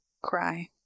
cry